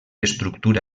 estructura